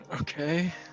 Okay